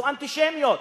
זו אנטישמיות.